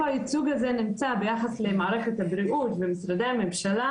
הייצוג הזה נמצא ביחס למערכת הבריאות ומשרדי הממשלה,